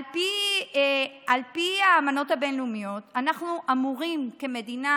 על פי האמנות הבין-לאומיות אנחנו אמורים כמדינה